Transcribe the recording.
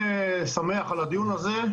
על הדיון הזה,